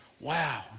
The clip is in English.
Wow